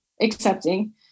accepting